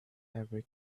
ever